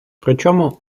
причому